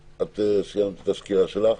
סיימת את הסקירה שלך?